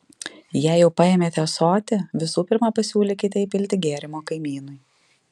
jei jau paėmėte ąsotį visų pirma pasiūlykite įpilti gėrimo kaimynui